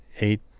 eight